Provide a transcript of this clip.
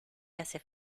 hace